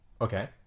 Okay